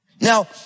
Now